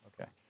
Okay